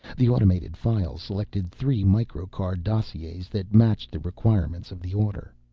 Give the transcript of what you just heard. the automated files selected three microcard dossiers that matched the requirements of the order.